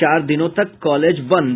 चार दिनों तक कॉलेज बंद